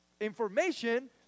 information